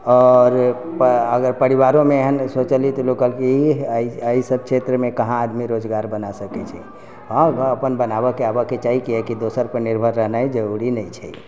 आओर अगर परिवारोमे एहन सोचलियै तऽ लोक कहलके ईह एहि सभ क्षेत्रमे कहाँ आदमी रोजगार बना सकै छै हँ अपन बनाबऽके आबैके चाही किआकि दोसर पर निर्भर रहनाइ जरूरी नहि छै